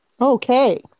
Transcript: Okay